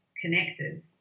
connected